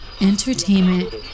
entertainment